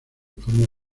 forma